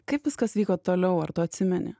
kaip viskas vyko toliau ar tu atsimeni